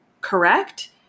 correct